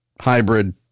hybrid